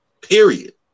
Period